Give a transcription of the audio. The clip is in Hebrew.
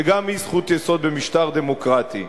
שגם היא זכות יסוד במשטר דמוקרטי.